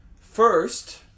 first